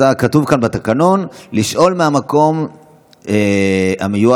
כתוב כאן בתקנון: "לשאול מהמקום המיועד